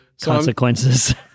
consequences